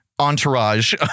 Entourage